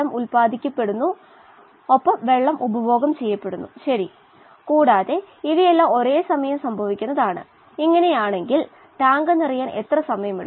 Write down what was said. broth വായുവിലെ ഓക്സിജനുമായിസാച്ചുറേഷൻ ആവുമ്പോൾ DO 100 ശതമാനം ആകും